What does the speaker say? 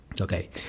okay